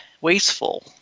wasteful